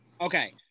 Okay